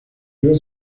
your